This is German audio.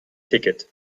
ticket